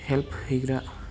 help हैग्रा